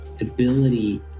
ability